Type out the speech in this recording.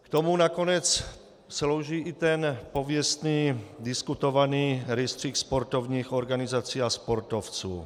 K tomu nakonec slouží i ten pověstný diskutovaný rejstřík sportovních organizací a sportovců.